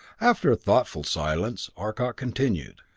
after a thoughtful silence, arcot continued,